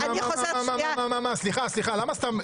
למה סתם?